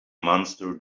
monster